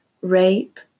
rape